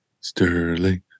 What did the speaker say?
sterling